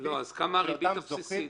של אותם זוכים --- כמה הריבית הבסיסית?